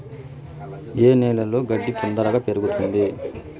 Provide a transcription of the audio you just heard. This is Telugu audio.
ఏ నేలలో గడ్డి తొందరగా పెరుగుతుంది